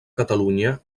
catalunya